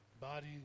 body